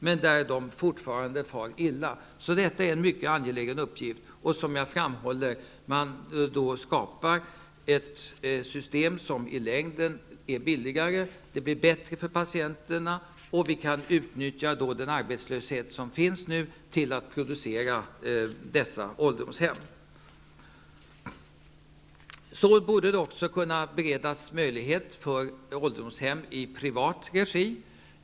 De far fortarande illa. Det är alltså en mycket angelägen uppgift att sörja för dem. Man måste skapa ett system som i längden är billigare. Det blir bättre för patienterna och vi kan i dag utnyttja den arbetslöshet som finns till att producera dessa ålderdomshem. Det borde också kunna beredas utrymme för ålderdomshem i privat regi.